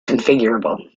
configurable